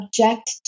object